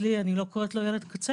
אני לא אקרא לו כך.